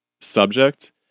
subject